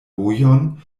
vojon